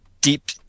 Deep